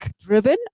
driven